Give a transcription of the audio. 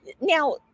now